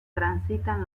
transitan